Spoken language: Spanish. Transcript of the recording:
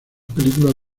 películas